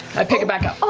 i pick it back up.